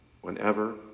whenever